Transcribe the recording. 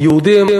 ליהודים,